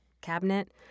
cabinet